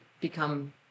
become